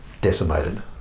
decimated